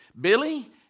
Billy